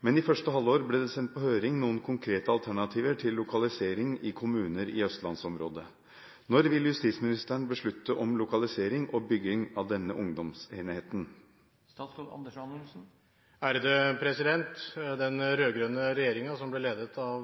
men i første halvår ble det sendt på høring noen konkrete alternativer til lokalisering i kommuner i østlandsområdet. Når vil statsråden beslutte om lokalisering og bygging av denne ungdomsenheten?» Den rød-grønne regjeringen, som ble ledet av